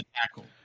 tackle